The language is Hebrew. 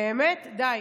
די,